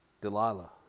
Delilah